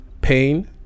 pain